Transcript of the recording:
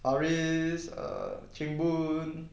harris err ching boon